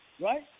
Right